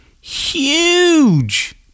huge